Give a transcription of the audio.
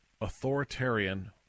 authoritarian